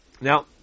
Now